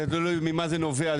ממה זה נובע,